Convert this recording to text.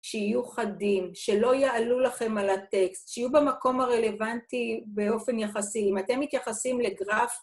שיהיו חדים, שלא יעלו לכם על הטקסט, שיהיו במקום הרלוונטי באופן יחסי. אם אתם מתייחסים לגרף...